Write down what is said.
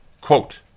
Quote